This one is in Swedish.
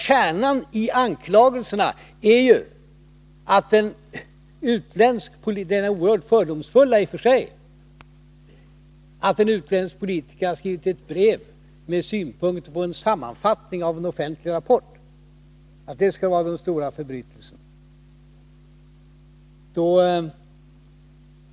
Kärnanii de oerhört fördomsfulla anklagelserna är att en utländsk politiker har skrivit ett brev med synpunkter på en sammanfattning av en offentlig rapport. Det skulle vara den stora förbrytelsen.